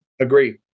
agree